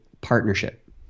partnership